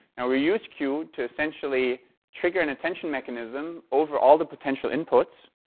and we use q to essentially trigger an attention mechanism over all the potential inputs.